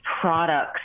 products